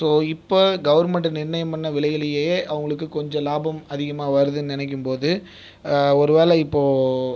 so இப்போ government நிர்ணயம் பண்ண விலையிலேயே அவங்களுக்கு கொஞ்சம் லாபம் அதிகமாக வருதுன்னு நினைக்கும்போது ஒருவேளை இப்போது